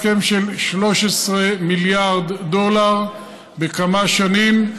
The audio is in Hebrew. הסכם של 13 מיליארד דולר בכמה שנים.